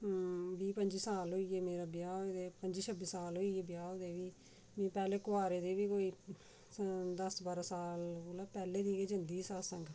बीह् पंजी साल होई गे मेरा ब्याह् होए दे पंजी छब्बी साल होई गे ब्याह् होए दे बी मि पैह्ले कुआरे दे बी कोई दस बारां साल कोलां पैह्ले दी गै जंदी ही सत्संग